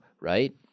right